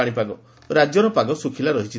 ପାଣିପାଗ ରାଜ୍ୟର ପାଗ ଶୁଖିଲା ରହିଛି